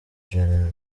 jeremy